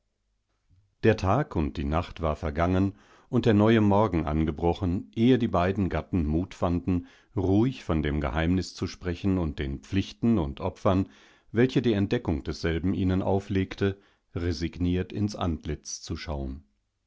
der tag und die nacht war vergangen und der neue morgen angebrochen ehe die beidengattenmutfanden ruhigvondemgeheimniszusprechenunddenpflichtenund opfern welche die entdeckung desselben ihnen auflegte resigniert ins antlitz zu schauen